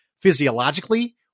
physiologically